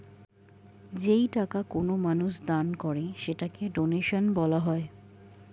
যেই টাকা কোনো মানুষ দান করে সেটাকে ডোনেশন বলা হয়